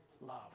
love